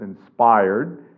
inspired